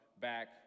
back